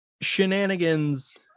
shenanigans